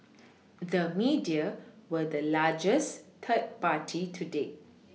the media were the largest third party today